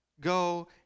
go